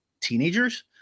teenagers